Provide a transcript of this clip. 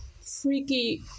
freaky